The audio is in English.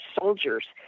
soldiers